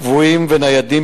קבועים וניידים,